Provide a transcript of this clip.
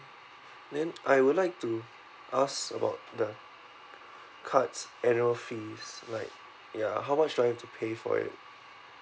then I would like to ask about the card's annual fees like ya how much do I need to pay for it